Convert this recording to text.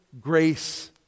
grace